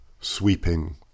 sweeping